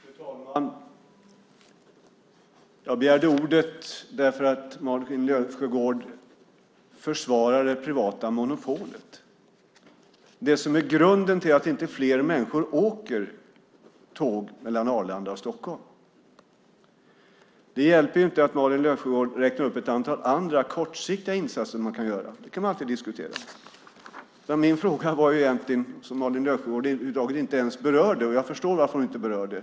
Fru talman! Jag begärde ordet därför att Malin Löfsjögård försvarar det privata monopolet, det som är grunden till att inte fler människor åker tåg mellan Arlanda och Stockholm. Det hjälper inte att Malin Löfsjögård räknar upp ett antal andra kortsiktiga insatser man kan göra. Det kan man alltid diskutera. Min fråga till Malin Löfsjögård berörde hon inte ens, och jag förstår varför hon inte berörde den.